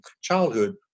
childhood